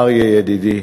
אריה ידידי,